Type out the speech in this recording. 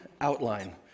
outline